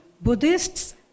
Buddhists